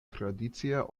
tradicie